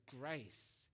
grace